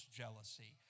jealousy